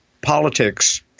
politics